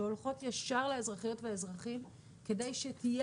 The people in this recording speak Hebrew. שהולכות ישר לאזרחיות ולאזרחים כדי שתהיה